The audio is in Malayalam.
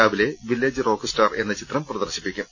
രാവിലെ വില്ലേജ് റോക്ക് സ്റ്റാർ എന്ന ചിത്രം പ്രദർശിപ്പിക്കും